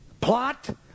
Plot